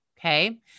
Okay